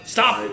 Stop